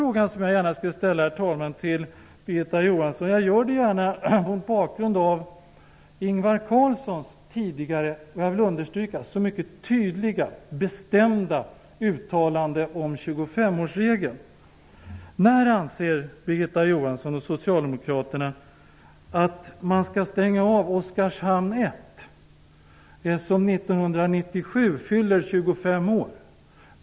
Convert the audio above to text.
Den andra fråga jag vill ställa till Birgitta Johansson ställer jag mot bakgrund av Ingvar Carlssons mycket tydliga och bestämda -- jag vill understryka det -- uttalande om 25 årsregeln. När anser Birgitta Johansson och socialdemokraterna att man skall stänga av Oskarshamn 1, som 1997 fyller 25 år?